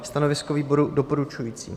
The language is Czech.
Stanovisko výboru doporučující.